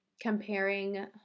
comparing